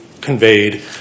conveyed